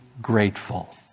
Grateful